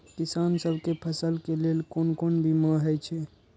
किसान सब के फसल के लेल कोन कोन बीमा हे छे?